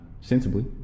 sensibly